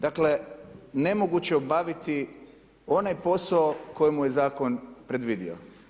Dakle, nemoguće je obaviti onaj posao koji mu je zakon predvidio.